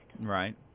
Right